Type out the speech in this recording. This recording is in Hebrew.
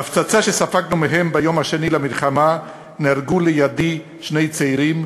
בהפצצה שספגנו מהם ביום השני למלחמה נהרגו לידי שני צעירים,